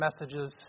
messages